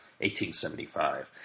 1875